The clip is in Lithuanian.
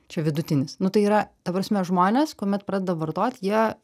čia vidutinis nu tai yra ta prasme žmonės kuomet pradeda vartot jie